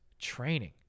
training